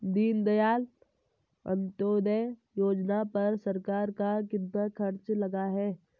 दीनदयाल अंत्योदय योजना पर सरकार का कितना खर्चा लगा है?